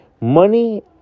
Money